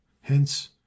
hence